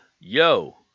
yo